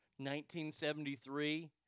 1973